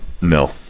No